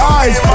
eyes